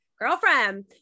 girlfriend